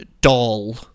doll